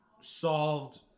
solved